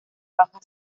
baja